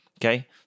Okay